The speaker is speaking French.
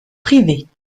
privées